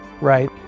right